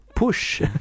push